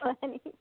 funny